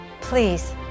Please